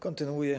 Kontynuuję.